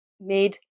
made